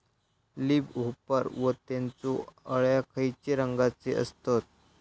Leaf hopper व त्यानचो अळ्या खैचे रंगाचे असतत?